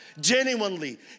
Genuinely